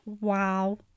wow